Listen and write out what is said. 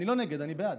אני לא נגד, אני בעד.